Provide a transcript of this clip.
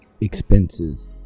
expenses